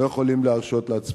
לא יכולים להרשות זאת לעצמנו.